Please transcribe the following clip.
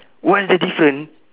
what's the different